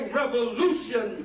revolution